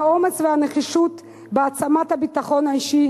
האומץ והנחישות בהעצמת הביטחון האישי